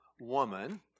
woman